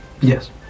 Yes